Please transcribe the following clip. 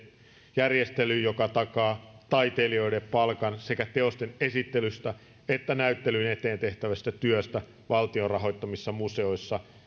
järjestely joka takaa taiteilijoiden palkan sekä teosten esittelystä että näyttelyn eteen tehtävästä työstä valtion rahoittamissa museoissa